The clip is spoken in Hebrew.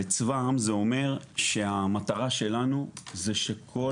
וצבא העם זה אומר שהמטרה שלנו זה שכל